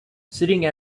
sitting